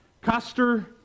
Custer